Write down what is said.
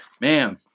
Man